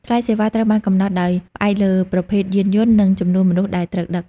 ថ្លៃសេវាត្រូវបានកំណត់ដោយផ្អែកលើប្រភេទយានយន្តនិងចំនួនមនុស្សដែលត្រូវដឹក។